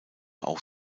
auch